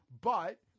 But-